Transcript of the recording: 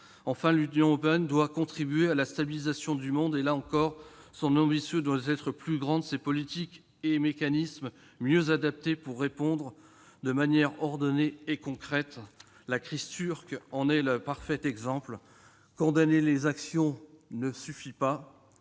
Enfin, l'Union européenne doit contribuer à la stabilisation du monde. Son ambition doit être plus grande, ses politiques et ses mécanismes mieux adaptés pour répondre de manière ordonnée et concrète. La crise turque est le parfait exemple que condamner les actions ne suffit pas